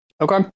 Okay